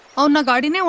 um the garden, yeah